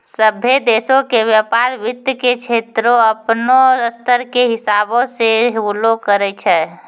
सभ्भे देशो के व्यपार वित्त के क्षेत्रो अपनो स्तर के हिसाबो से होलो करै छै